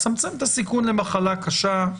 צמצם את הסיכון למחלה קשה,